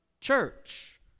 church